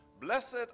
Blessed